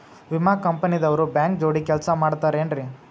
ವಿಮಾ ಕಂಪನಿ ದವ್ರು ಬ್ಯಾಂಕ ಜೋಡಿ ಕೆಲ್ಸ ಮಾಡತಾರೆನ್ರಿ?